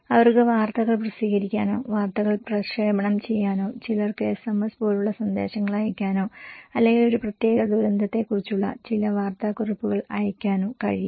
അവർക്ക് വാർത്തകൾ പ്രസിദ്ധീകരിക്കാനോ വാർത്തകൾ പ്രക്ഷേപണം ചെയ്യാനോ ചിലർക്ക് SMS പോലുള്ള സന്ദേശങ്ങൾ അയയ്ക്കാനോ അല്ലെങ്കിൽ ഒരു പ്രത്യേക ദുരന്തത്തെക്കുറിച്ചുള്ള ചില വാർത്താക്കുറിപ്പുകൾ അയയ്ക്കാനും കഴിയും